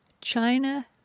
China